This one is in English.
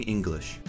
English